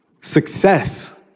Success